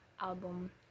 album